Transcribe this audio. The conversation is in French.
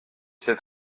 cet